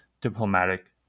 diplomatic